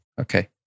Okay